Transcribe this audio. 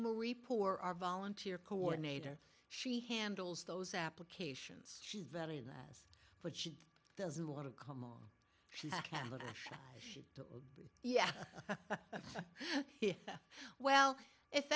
marie poor our volunteer coordinator she handles those applications she's very in as but she doesn't want to come oh yeah well if